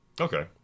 Okay